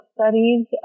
studies